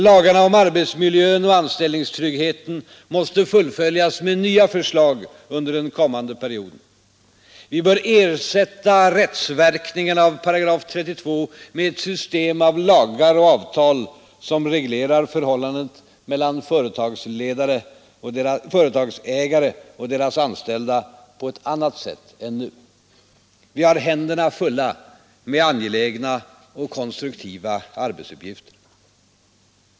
Lagarna om arbetsmiljön och anställningstryggheten måste fullföljas med nya förslag under den kommande perioden. Vi bör ersätta rättsverkningarna av § 32 med ett system av lagar och avtal som reglerar förhållandet mellan företagsägare och deras anställda på ett annat sätt än nu, Vi har händerna fulla med angelägna och konstruktiva arbetsuppgifter.